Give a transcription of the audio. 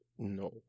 No